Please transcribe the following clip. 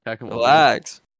Relax